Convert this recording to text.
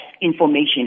information